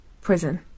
prison